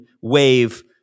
wave